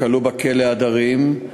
הכלוא בכלא "הדרים",